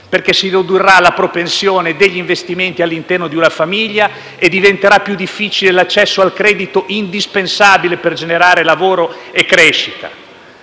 perché si ridurrà la propensione agli investimenti all'interno della famiglia e diventerà più difficile l'accesso al credito, indispensabile per generare lavoro e crescita.